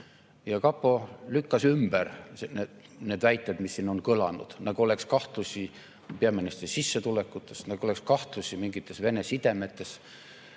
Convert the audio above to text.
Kapo lükkas ümber väited, mis siin on kõlanud, nagu oleks kahtlusi peaministri sissetulekutes, nagu oleks kahtlusi mingites Vene-sidemetes.